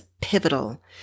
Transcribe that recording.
pivotal